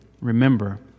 remember